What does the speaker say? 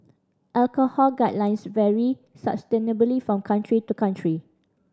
alcohol guidelines vary substantially from country to country